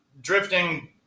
drifting